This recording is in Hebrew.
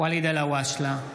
ואליד אלהואשלה,